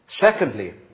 Secondly